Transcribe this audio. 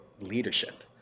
leadership